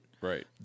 right